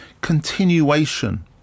continuation